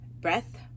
breath